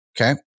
Okay